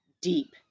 deep